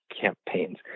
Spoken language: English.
campaigns